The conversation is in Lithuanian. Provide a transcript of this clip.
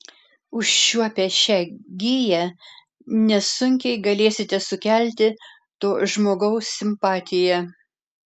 užčiuopę šią giją nesunkiai galėsite sukelti to žmogaus simpatiją